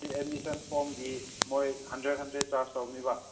admission ꯐꯣꯝꯗꯤ ꯃꯣꯏ hundred hundred charge ꯇꯧꯕꯅꯦꯕ